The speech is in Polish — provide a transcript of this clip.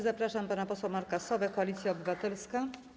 Zapraszam pana posła Marka Sowę, Koalicja Obywatelska.